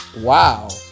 wow